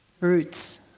roots